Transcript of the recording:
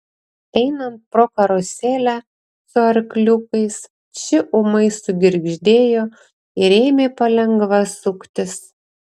einant pro karuselę su arkliukais ši ūmai sugirgždėjo ir ėmė palengva suktis